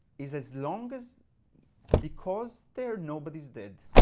is as long as because they are nobody's dead,